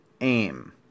Aim